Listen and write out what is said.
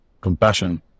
compassion